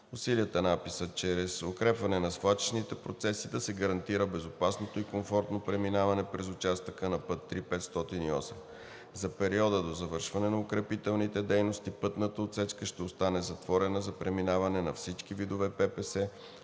Усилията на АПИ са чрез укрепване на свлачищните процеси да се гарантира безопасното и комфортно преминаване през участъка на път III-508. За периода до завършване на укрепителните дейности пътната отсечка ще остане затворена за преминаване на всички видове ППС.